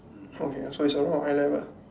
forget sorry sorry what eye level